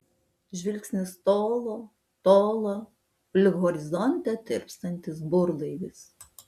žvilgsnis tolo tolo lyg horizonte tirpstantis burlaivis